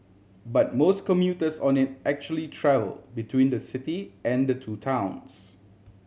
but most commuters on it actually travel between the city and the two towns